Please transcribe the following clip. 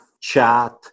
chat